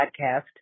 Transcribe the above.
Podcast